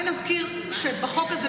שהחוק הזה,